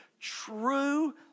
true